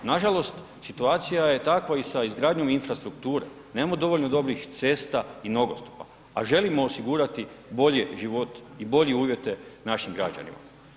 Nažalost, situacija je takva i sa izgradnjom infrastrukture, nemamo dovoljno dobrih cesta i nogostupa, a želimo osigurati bolji život i bolje uvjete našim građanima.